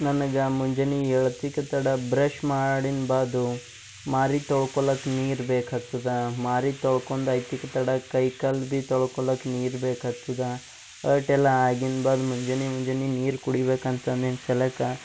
ನನಗೆ ಮುಂಜಾನೆ ಏಳತ್ತಿಕ ತಡ ಬ್ರಶ್ ಮಾಡಿನ ಬಾದು ಮಾರಿ ತೊಳ್ಕೊಳಕ್ ನೀರು ಬೇಕ್ಹತ್ತದ ಮಾರಿ ತೊಳ್ಕೊಂಡ್ ಐತಿಕ್ತಡ ಕೈ ಕಾಲು ಭಿ ತೊಳ್ಕೊಳಕ್ ನೀರು ಬೇಕ್ಹತ್ತದ ಅರ್ಟೆಲ್ಲಾ ಆಗಿನ ಬಾದ್ ಮುಂಜಾನೆ ಮುಂಜಾನೆ ನೀರು ಕುಡಿಬೇಕಂತ ನೆನ್ಸಲಕ